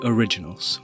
Originals